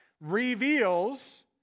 reveals